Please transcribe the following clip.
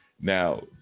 Now